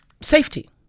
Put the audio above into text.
safety